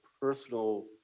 personal